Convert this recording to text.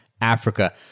Africa